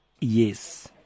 Yes